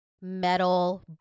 metal